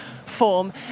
Form